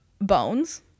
Bones